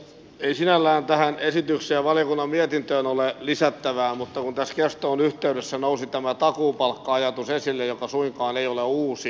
ei sinällään tähän esitykseen ja valiokunnan mietintöön ole lisättävää vaan siihen kun tässä keskustelun yhteydessä nousi esille tämä takuupalkka ajatus joka suinkaan ei ole uusi